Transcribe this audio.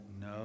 No